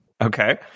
Okay